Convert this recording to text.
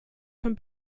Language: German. von